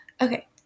Okay